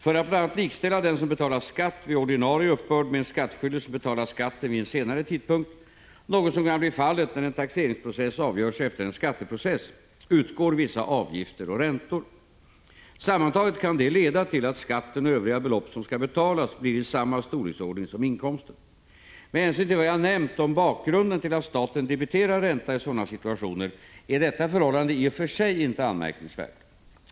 För att bl.a. likställa den som betalar skatt vid ordinarie uppbörd med en skattskyldig som betalar skatten vid en senare tidpunkt, något som kan bli fallet när en taxeringsfråga avgörs efter en skatteprocess, utgår vissa avgifter och räntor. Sammantaget kan detta leda till att skatten och övriga belopp som skall betalas blir i samma storleksordning som inkomsten. Med hänsyn till vad jag nämnt om bakgrunden till att staten debiterar ränta i sådana situationer är detta förhållande i och för sig inte anmärkningsvärt.